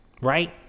right